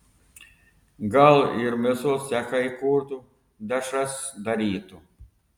gal ir mėsos cechą įkurtų dešras darytų